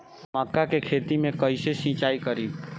मका के खेत मे कैसे सिचाई करी?